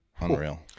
Unreal